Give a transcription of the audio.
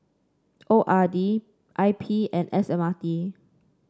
O R D I P and S M R T